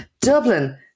Dublin